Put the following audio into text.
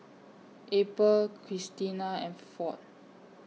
April Christena and Ford